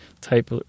type